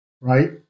right